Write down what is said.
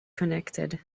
connected